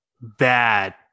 bad